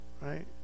Right